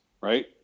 right